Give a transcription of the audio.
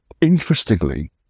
interestingly